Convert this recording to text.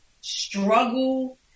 struggle